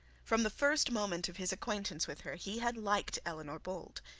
from the first moment of his acquaintance with her he had liked eleanor bold.